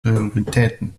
prioritäten